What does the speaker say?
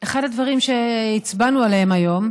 אחד הדברים שהצבענו עליהם היום,